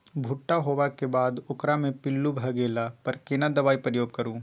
भूट्टा होबाक बाद ओकरा मे पील्लू भ गेला पर केना दबाई प्रयोग करू?